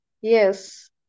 yes